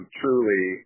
truly